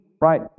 right